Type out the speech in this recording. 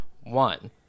One